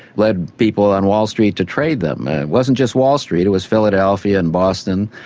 led people on wall street to trade them. and it wasn't just wall street, it was philadelphia, and boston.